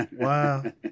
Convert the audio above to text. wow